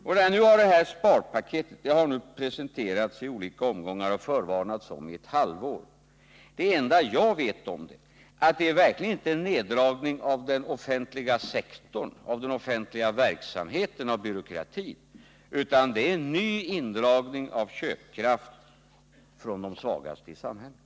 Det s.k. sparpaketet har presenterats i olika omgångar och man har förvarnat om det i ett halvår. Det enda jag vet om det är att det verkligen inte innebär en neddragning av den offentliga verksamheten och byråkratin, utan det är fråga om en ny indragning av köpkraft från de svagaste grupperna i samhället.